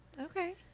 okay